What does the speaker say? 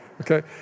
Okay